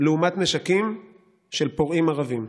מיהודים לעומת נשקים של פורעים ערבים,